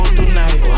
tonight